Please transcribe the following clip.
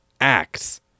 acts